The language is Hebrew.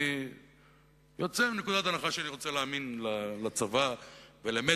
אני יוצא מנקודת הנחה שאני רוצה להאמין לצבא ולמצ"ח,